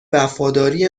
وفاداری